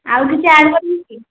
ଆଉ କିଛି ଆଣିବନି କି